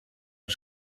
ein